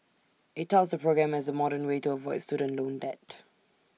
IT touts the program as the modern way to avoid student loan debt